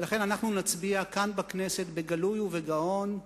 ולכן אנחנו נצביע כאן בכנסת, בגלוי ובגאון,